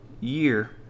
year